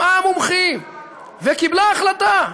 שמעה מומחים וקיבלה החלטה.